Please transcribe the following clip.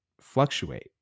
fluctuate